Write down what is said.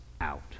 out